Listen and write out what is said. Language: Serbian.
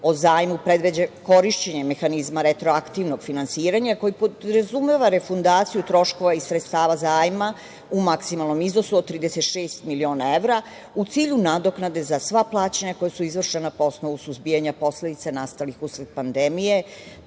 o zajmu predviđa korišćenje mehanizma retroaktivnog finansiranja, koji podrazumeva refundaciju troškova i sredstava zajma u maksimalnom iznosu od 36 miliona evra, u cilju nadoknade za sva plaćanja koja su izvršena po osnovu suzbijanja posledica nastalih usled pandemije,